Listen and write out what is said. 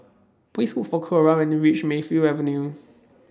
Please Look For Clora when YOU REACH Mayfield Avenue